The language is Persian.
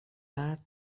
مرد